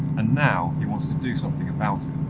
and now he wants to do something about